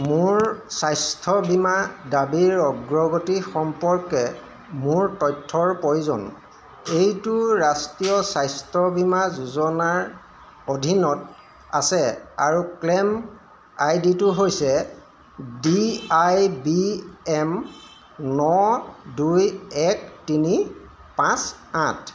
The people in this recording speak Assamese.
মোৰ স্বাস্থ্য বীমা দাবীৰ অগ্ৰগতি সম্পৰ্কে মোৰ তথ্যৰ প্ৰয়োজন এইটো ৰাষ্ট্ৰীয় স্বাস্থ্য বীমা যোজনাৰ অধীনত আছে আৰু ক্লেইম আইডিটো হৈছে ডি আই বি এম ন দুই এক তিনি পাঁচ আঠ